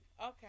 Okay